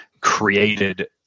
created